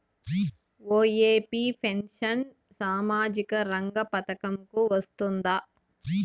OAP pension సామాజిక రంగ పథకం కు వస్తుందా?